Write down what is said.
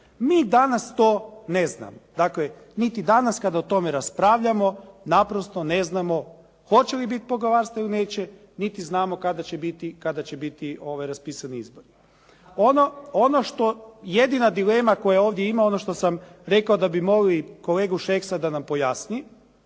Mi danas to ne znamo. Dakle, niti danas kada o tome raspravljamo naprosto ne znamo hoće li biti poglavarstva ili neće, niti znamo kada će biti raspisani izbori. Ono što jedina dilema koja ovdje ima ono što sam rekao da bi molili kolegu Šeksa da nam pojasni